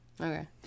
Okay